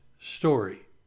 story